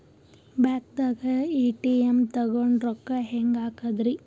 ಬ್ಯಾಂಕ್ದಾಗ ಎ.ಟಿ.ಎಂ ತಗೊಂಡ್ ರೊಕ್ಕ ಹೆಂಗ್ ಹಾಕದ್ರಿ?